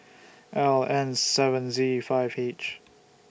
L N seven Z five H